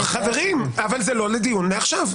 חברים, זה לא לדיון עכשיו.